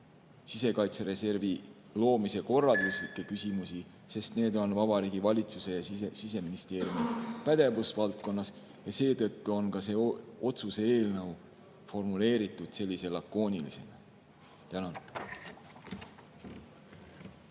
sisekaitsereservi loomise korralduslikke küsimusi, sest need on Vabariigi Valitsuse ja Siseministeeriumi pädevusvaldkonnas. Seetõttu on see otsuse eelnõu formuleeritud lakooniliselt.